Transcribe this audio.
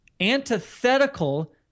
antithetical